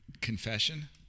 Confession